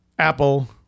Apple